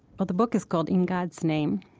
well, the book is called in god's name,